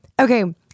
Okay